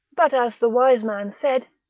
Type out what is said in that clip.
but as the wise man said,